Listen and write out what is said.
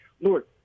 Lord